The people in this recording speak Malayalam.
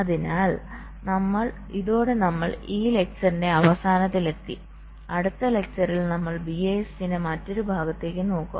അതിനാൽ ഇതോടെ നമ്മൾ ഈ ലെക്ചറിന്റെ അവസാനത്തിൽ എത്തി അടുത്ത ലെക്ചറിൽ നമ്മൾ BIST ന്റെ മറ്റൊരു ഭാഗത്തേക്ക് നോക്കും